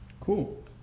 Cool